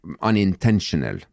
unintentional